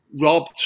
robbed